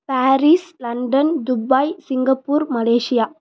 Paris London Dubai Singapore Malaysia